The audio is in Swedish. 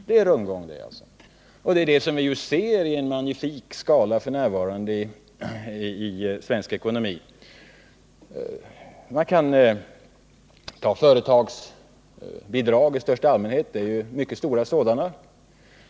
Detta är rundgång! Det är det som vi ser i magnifik skala f. n. i svensk ekonomi. Vi kan ta företagsbidrag i största allmänhet — det förekommer ju mycket stora sådana.